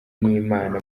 n’imana